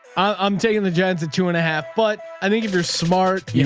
i'm taking the gen-z at two and a half, but i think if you're smart, you